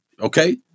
Okay